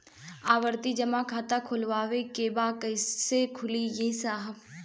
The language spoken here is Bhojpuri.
आवर्ती जमा खाता खोलवावे के बा कईसे खुली ए साहब?